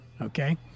okay